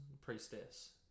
priestess